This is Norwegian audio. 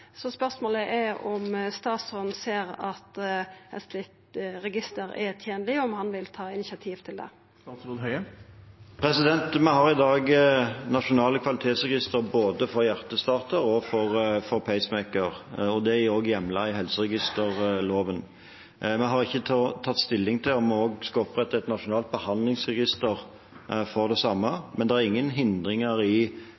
Spørsmålet er om statsråden ser at eit slikt register er tenleg, og om han vil ta initiativ til det. Vi har i dag nasjonale kvalitetsregistre for både hjertestarter og pacemaker. Det er også hjemlet i helseregisterloven. Vi har ikke tatt stilling til om vi også skal opprette et nasjonalt behandlingsregister for det samme, men det er ingen hindringer i